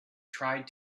tried